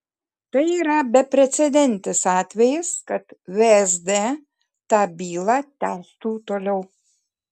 tai yra beprecedentis atvejis kad vsd tą bylą tęstų toliau